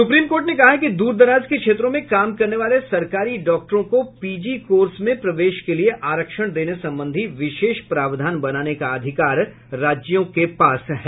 supreme court ने कहा है कि दूरदराज के क्षेत्रों में काम करने वाले सरकारी डॉक्टरों को पीजी कोर्स में प्रवेश के लिए आरक्षण देने संबंधी विशेष प्रावधान बनाने का अधिकार राज्यों को है